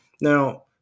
Now